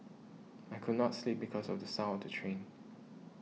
I could not sleep because of the sound of the train